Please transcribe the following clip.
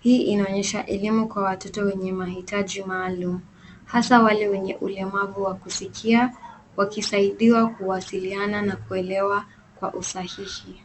Hii inaonyesha elimu kwa watoto wenye mahitaji maalum hasa wale wenye ulemavu wa kusikia wakisaidiwa kuwasiliana na kuelewa kwa usahihi.